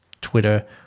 Twitter